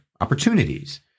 opportunities